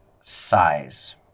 size